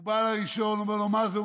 הוא בא לראשון, אומר לו: מה זה?